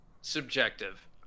subjective